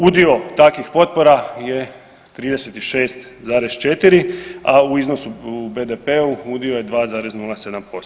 Udio takvih potpora je 36,4, a u iznosu u BDP-u udio je 2,07%